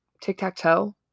Tic-tac-toe